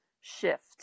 shift